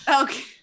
Okay